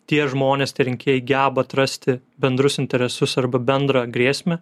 tie žmonės tie rinkėjai geba atrasti bendrus interesus arba bendrą grėsmę